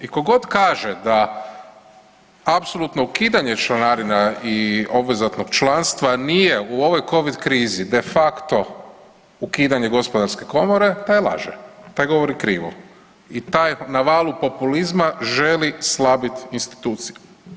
I tko god kaže da apsolutno ukidanje članarina i obvezatnog članstva nije u ovoj Covid krizi de facto ukidanje gospodarske komore taj laže, taj govori krivo i taj na valu populizma želi slabit institucije.